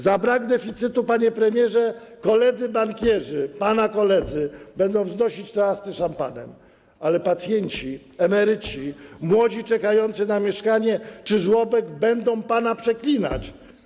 Za brak deficytu, panie premierze, koledzy bankierzy, pana koledzy, będą wznosić toasty szampanem, ale pacjenci, emeryci, młodzi czekający na mieszkanie czy żłobek będą pana przeklinać.